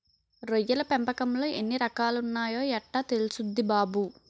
రొయ్యల పెంపకంలో ఎన్ని రకాలున్నాయో యెట్టా తెల్సుద్ది బాబూ?